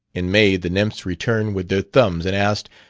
in may the nymphs returned with their thumbs and asked,